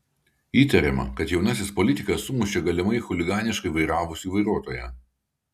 įtariama kad jaunasis politikas sumušė galimai chuliganiškai vairavusį vairuotoją